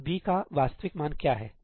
तो b का वास्तविक मान क्या है